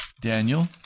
Daniel